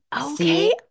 Okay